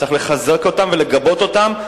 צריך לחזק אותם ולגבות אותם,